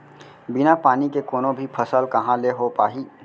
बिना पानी के कोनो भी फसल कहॉं ले हो पाही?